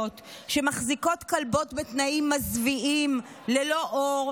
שמחזיקות כלבות בתנאים מזוויעים ללא אור,